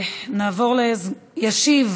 ישיב